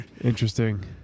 interesting